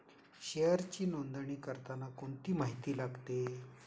शेअरची नोंदणी करताना कोणती माहिती लागते?